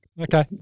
Okay